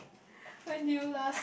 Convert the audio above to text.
when did you last